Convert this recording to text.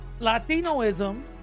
Latinoism